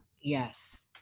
yes